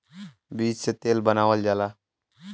बीज से तेल बनावल जाला